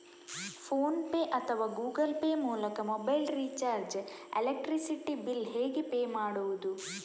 Phone pay ಅಥವಾ Google pay ಮೂಲಕ mobile recharge, electricity bill ಹೇಗೆ ಪೇ ಮಾಡುವುದು?